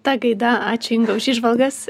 ta gaida ačiū inga už įžvalgas